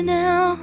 now